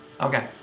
Okay